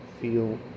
feel